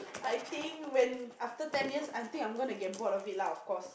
I think when after ten years I think I'm going to get bored of it lah of course